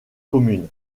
commune